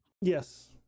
Yes